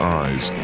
eyes